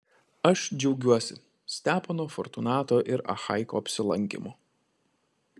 aš džiaugiuosi stepono fortunato ir achaiko apsilankymu